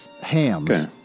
hams